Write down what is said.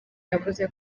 yavuze